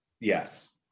yes